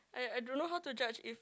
I I don't know how to judge if